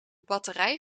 batterij